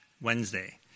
Wednesday